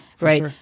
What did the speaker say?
Right